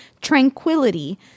tranquility